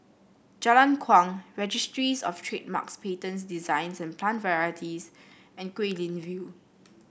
Jalan Kuang Registries Of Trademarks Patents Designs and Plant Varieties and Guilin View